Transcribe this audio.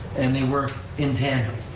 and they work in tandem.